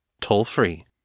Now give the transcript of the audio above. toll-free